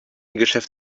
geschäft